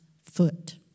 foot